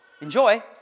Enjoy